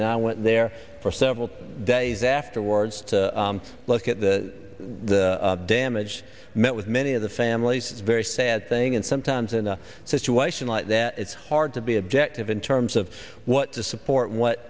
and i went there for several days afterwards to look at the damage met with many of the families very sad thing and sometimes in a situation like that it's hard to be objective in terms of what to support what